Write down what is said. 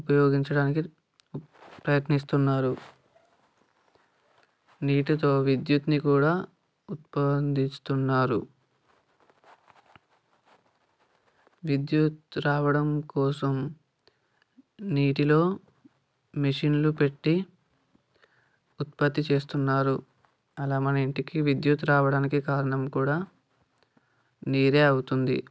ఉపయోగించడానికి ప్రయత్నిస్తున్నారు నీటితో విద్యుత్ని కూడా ఉత్పత్తి చేస్తున్నారు విద్యుత్ రావడం కోసం నీటిలో మెషిన్లు పెట్టి ఉత్పత్తి చేస్తున్నారు అలా మన ఇంటికి విద్యుత్ రావడానికి కారణం కూడా నీరే అవుతుంది